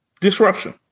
Disruption